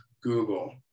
google